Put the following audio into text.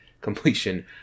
completion